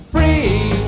Free